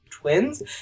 Twins